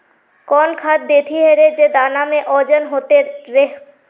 कौन खाद देथियेरे जे दाना में ओजन होते रेह?